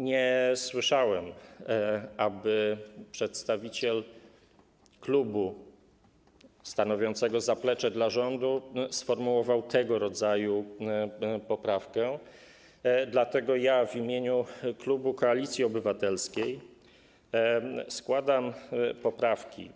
Nie słyszałem, aby przedstawiciel klubu stanowiącego zaplecze dla rządu sfomułował tego rodzaju poprawkę, dlatego w imieniu klubu Koalicji Obywatelskiej składam poprawki,